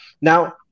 Now